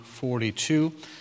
42